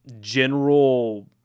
general